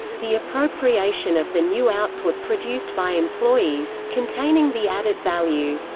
the appropriation of the new output produced by employees, containing the added value.